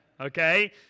Okay